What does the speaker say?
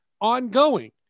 ongoing